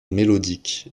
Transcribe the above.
mélodique